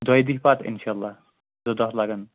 دۄیہِ دُہۍ پَتہٕ اِنشاء اللہ زٕ دۄہ لَگَن